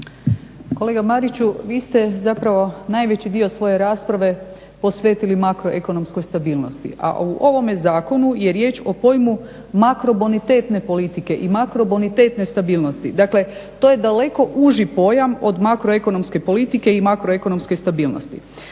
Kolega Mariću vi ste zapravo najveći dio svoje rasprave posvetili makroekonomskoj stabilnosti, a u ovome zakonu je riječ o pojmu makrobonitetne politike i makrobonitetne stabilnosti, dakle to je daleko uži pojam od makroekonomske politike i makroekonomske stabilnosti.